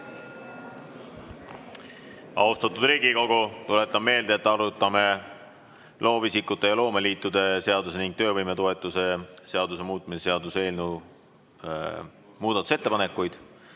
Austatud Riigikogu, tuletan meelde, et arutame loovisikute ja loomeliitude seaduse ning töövõimetoetuse seaduse muutmise seaduse eelnõu muudatusettepanekuid.